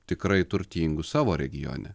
tikrai turtingu savo regione